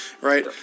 Right